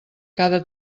cada